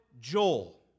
Joel